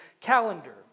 calendar